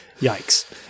yikes